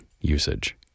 usage